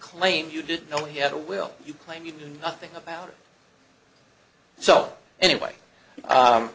claim you didn't know he had a will you claim you do nothing about it so anyway